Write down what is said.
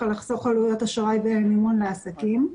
לחסוך עלויות אשראי ומימון לעסקים.